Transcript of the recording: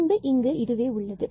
பின்பு இங்கு உள்ளது